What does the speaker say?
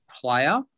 player